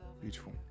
Beautiful